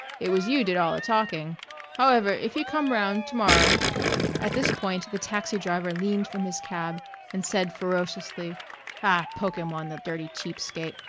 it was you did all the talking however, if you come round, to-morrow at this point the taxi-driver leaned from his cab and said ferociously ah, poke him one, the dirty cheap skate.